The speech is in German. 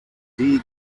die